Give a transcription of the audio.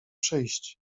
przyjść